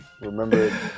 Remember